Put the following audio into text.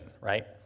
right